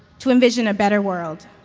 to envision a better world.